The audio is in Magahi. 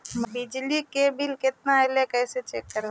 बिजली के बिल केतना ऐले हे इ कैसे चेक करबइ?